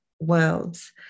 worlds